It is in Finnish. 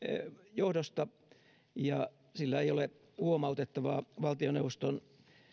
johdosta eikä sillä ole huomautettavaa valtioneuvoston